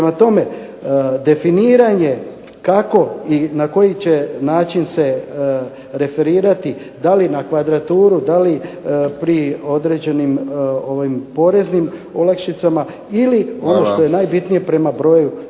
Prema tome, definiranje kako i na koji će način se referirati, da li na kvadraturu, da li pri određenim poreznim olakšicama ili ono što je najbitnije prema broju članova